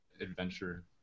adventure